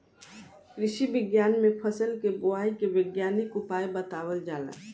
कृषि विज्ञान में फसल के बोआई के वैज्ञानिक उपाय बतावल जाला